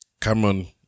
Cameron